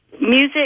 music